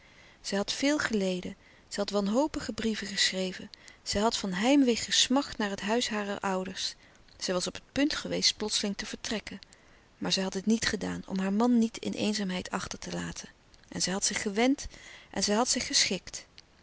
zij had veel geleden zij had wanhopige brieven geschreven zij had van heimwee gesmacht naar het huis harer ouders zij was op het punt geweest plotseling te vertrekken maar zij had het niet gedaan om haar man niet in eenzaamheid achter te laten en zij had zich gewend en zij had zich geschikt